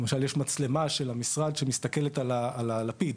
למשל, יש מצלמה של המשרד שמסתכלת על הלפיד